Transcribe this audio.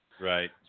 Right